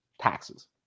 taxes